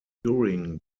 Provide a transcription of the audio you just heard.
during